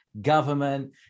government